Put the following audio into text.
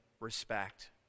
respect